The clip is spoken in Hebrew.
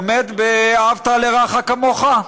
עומד ב"ואהבת לרעך כמוך"?